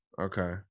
Okay